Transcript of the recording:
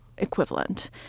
Equivalent